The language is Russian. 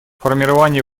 формирование